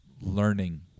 learning